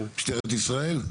משטרת ישראל?